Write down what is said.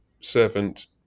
servant